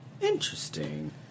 Interesting